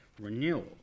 renewal